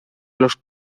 los